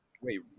Wait